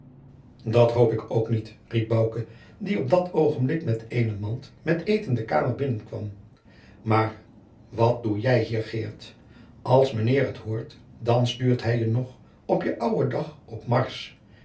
dat hoop ik ook niet riep bouke die op dat oogenblik met eene mand met eten de kamer binnenkwam maar wat doe jij hier geert als mijnheer het hoort dan stuurt hij je nog op je ouwen dag op